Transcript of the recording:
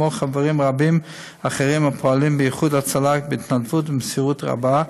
כמו חברים רבים אחרים הפועלים באיחוד הצלה בהתנדבות ובמסירות רבה,